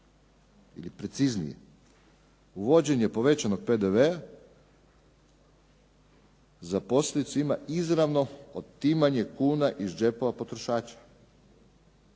ili preciznije uvođenje povećanog PDV-a za posljedicu ima izravno otimanje kuna iz džepova potrošača,